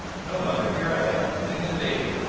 no, mother here i am. give me the baby.